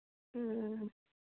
ꯎꯝ